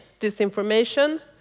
disinformation